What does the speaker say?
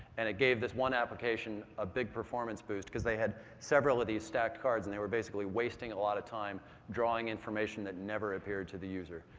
and it gave this one application a big performance boost, because they had several of these stacked cards, and they were basically wasting a lot of time drawing information that never appeared to the user.